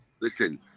Listen